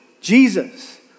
Jesus